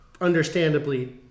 understandably